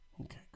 Okay